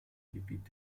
gebiet